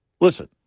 Listen